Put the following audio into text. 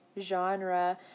genre